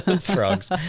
Frogs